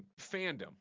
fandom